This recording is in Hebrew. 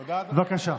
בבקשה.